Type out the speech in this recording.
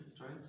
right